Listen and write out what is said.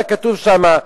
היה כתוב שם: